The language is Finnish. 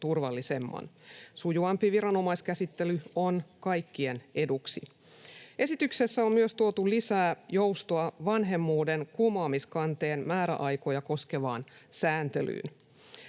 tietoturvallisemman. Sujuvampi viranomaiskäsittely on kaikkien eduksi. Esityksessä on myös tuotu lisää joustoa vanhemmuuden kumoamiskanteen määräaikoja koskevaan sääntelyyn.